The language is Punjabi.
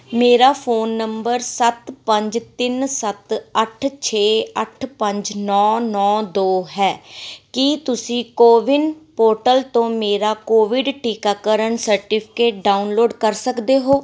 ਮੇਰਾ ਫ਼ੋਨ ਨੰਬਰ ਸੱਤ ਪੰਜ ਤਿੰਨ ਸੱਤ ਅੱਠ ਛੇ ਅੱਠ ਪੰਜ ਨੌਂ ਨੌਂ ਦੋ ਹੈ ਕੀ ਤੁਸੀਂ ਕੋਵਿਨ ਪੋਰਟਲ ਤੋਂ ਮੇਰਾ ਕੋਵਿਡ ਟੀਕਾਕਰਨ ਸਰਟੀਫਿਕੇਟ ਡਾਊਨਲੋਡ ਕਰ ਸਕਦੇ ਹੋ